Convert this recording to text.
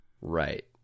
right